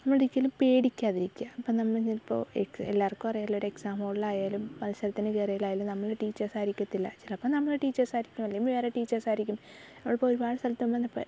നമ്മളൊരിക്കലും പേടിക്കാതിരിക്കാൻ ഇപ്പം നമ്മളിപ്പോൾ എല്ലാവർക്കും അറിയാലോ ഒരു എക്സാം ഹോളിലായാലും മൽസരത്തിന് കയറിയതായാലും നമ്മളെ ടീച്ചേഴ്സ് ആയിരിക്കത്തില്ല ചിലപ്പം നമ്മുടെ ടീച്ചേഴ്സായിരിക്കും അല്ലേ വേറെ ടീച്ചേഴ്സായിരിക്കും അപ്പോൾ ഒരുപാട് സ്ഥലത്തതന്നെ